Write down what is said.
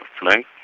flank